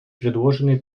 предложенной